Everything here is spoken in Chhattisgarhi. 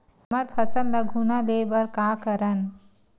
हमर फसल ल घुना ले बर का करन?